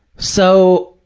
so,